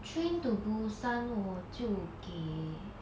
train to busan 我就给